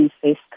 face